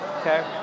okay